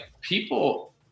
people